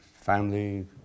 family